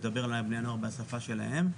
לדבר לבני נוער בשפה שלהם.